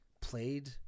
played